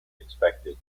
expected